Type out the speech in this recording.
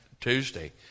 Tuesday